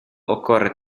occorre